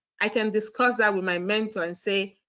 i can discuss that with my mentor and say,